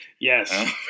yes